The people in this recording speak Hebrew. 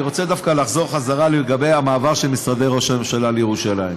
אני רוצה דווקא לחזור למעבר של משרדי ראש הממשלה לירושלים.